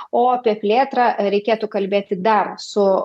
o apie plėtrą reikėtų kalbėti dar su